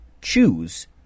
choose